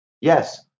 Yes